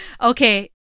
Okay